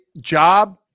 job